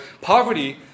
poverty